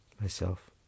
Myself